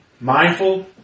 mindful